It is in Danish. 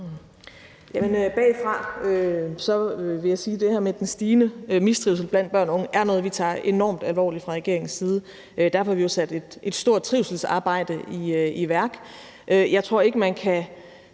først vil jeg sige, at det her med den stigende mistrivsel blandt børn og unge er noget, vi tager enormt alvorligt fra regeringens side, og derfor har vi jo sat et stor trivselsarbejde i værk.